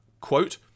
Quote